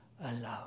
alone